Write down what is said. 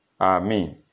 Amen